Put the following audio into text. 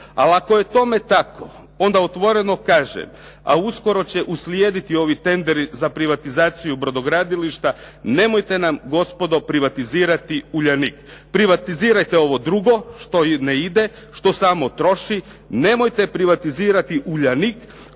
Ali ako je tome tako onda otvoreno kažem a uskoro će uslijediti ovi tenderi za privatizaciju brodogradilišta nemojte nam gospodo privatizirati "Uljanik". Privatizirajte ovo drugo što ne ide, što samo troši, nemojte privatizirati "Uljanik"